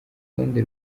urutonde